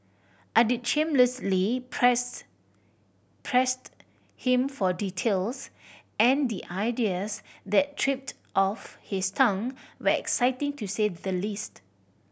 I'd shamelessly press pressed him for details and the ideas that tripped off his tongue were exciting to say the least